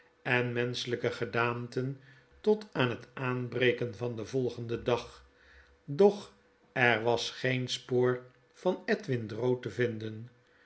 en menschelyke gedaanten tot aan het aanbreken van den volgenden dag doch er was geen spoor van edwin drood te vinden